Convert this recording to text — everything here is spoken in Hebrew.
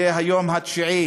זה היום התשיעי